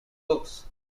books